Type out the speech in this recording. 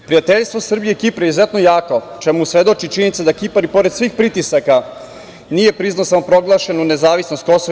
Prijateljstvo Srbije i Kipra je izuzetno jako o čemu svedoči činjenica da Kipar i pored svih pritisaka nije priznao samoproglašenu nezavisnost KiM.